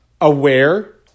aware